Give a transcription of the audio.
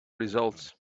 results